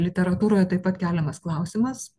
literatūroje taip pat keliamas klausimas